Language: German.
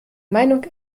meinung